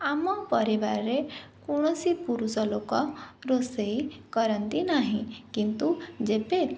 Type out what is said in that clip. ଆମ ପରିବାରରେ କୌଣସି ପୁରୁଷଲୋକ ରୋଷେଇ କରନ୍ତି ନାହିଁ କିନ୍ତୁ ଯେବେ